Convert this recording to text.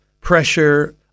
pressure